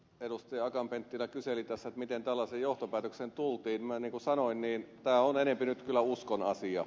akaan penttilä kyseli miten tällaiseen johtopäätökseen tultiin että tämä on enempi nyt kyllä uskonasia